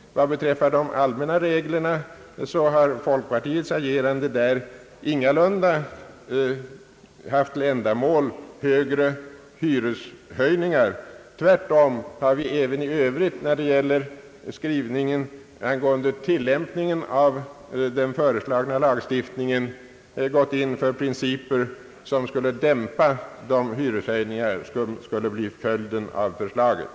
Vad beträffar de allmänna reglerna har folkpartiets agerande ingalunda åsyftat några hyreshöjningar. Tvärtom har vi även i övrigt när det gäller skrivningen angående tillämpningen av den föreslagna lagstiftningen gått in för principer, avsedda att dämpa de hyreshöjningar som skulle bli följden av förslaget.